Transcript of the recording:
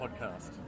podcast